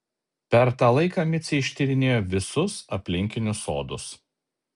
per tą laiką micė ištyrinėjo visus aplinkinius sodus